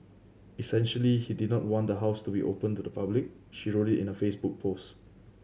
essentially he did not want the house to be open to the public she wrote in a Facebook post